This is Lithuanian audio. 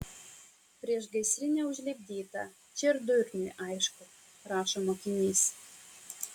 priešgaisrinė užlipdyta čia ir durniui aišku rašo mokinys